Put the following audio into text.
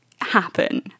happen